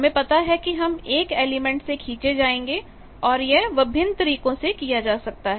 हमें पता है कि हम 1 एलिमेंट से खींचे जाएंगे और यह विभिन्न तरीकों से किया जा सकता है